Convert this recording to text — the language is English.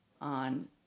on